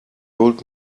old